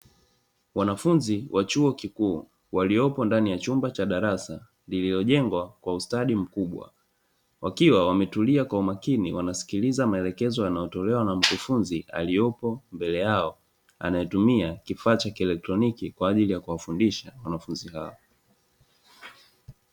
Wanafunzi wa chuo kikuu waliopo ndani ya chumba cha darasa lililojengwa kwa ustadi mkubwa wakiwa wametulia kwa umakini, wanasikiliza maelekezo yanayotolewa na mkufunzi aliyopo mbele yao. Anayetumia kifaa cha kieletroniki kwa ajili ya kuwafundisha wanafunzi hao.